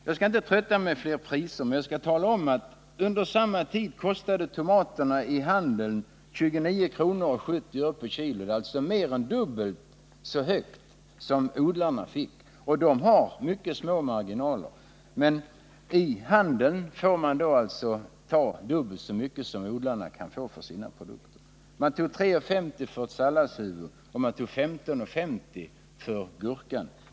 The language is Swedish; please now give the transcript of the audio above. Jag skall inte trötta med fler priser, men jag vill tala om, att under samma tid kostade tomaterna i handeln 29:70 kr. per kilogram — alltså en mer än dubbelt så hög summa som den odlarna fick, och de har mycket små marginaler. I handeln tog man 3:50 för ett salladshuvud och 15:50 för gurkan.